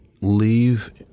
leave